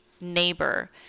neighbor